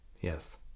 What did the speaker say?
Yes